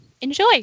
Enjoy